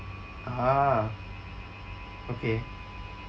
ah okay